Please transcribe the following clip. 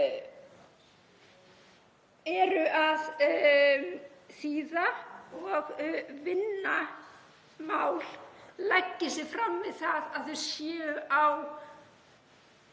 eru að þýða og vinna mál leggi sig fram um það að þau séu á